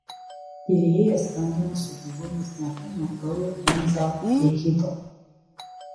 tyrėjas bandymų su gyvūnais metu naudojo benzaldehidą